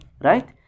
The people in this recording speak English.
right